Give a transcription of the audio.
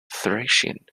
thracian